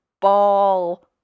ball